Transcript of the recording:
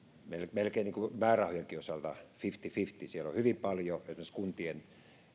määrärahojenkin osalta melkein fifty fifty siellä on hyvin paljon esimerkiksi kuntien